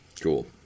Cool